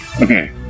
okay